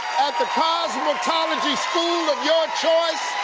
at the cosmetology school of your choice